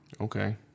Okay